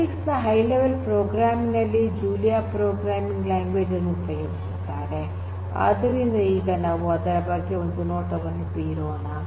analytics ನ high level programming ನಲ್ಲಿ Julia programming language ಅನ್ನು ಉಪಯೋಗಿಸುತ್ತಾರೆ ಆದ್ದರಿಂದ ಈಗ ನಾವು ಅದರ ಬಗ್ಗೆ ಒಂದು ನೋಟವನ್ನು ಬೀರೋಣ